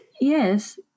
Yes